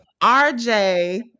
RJ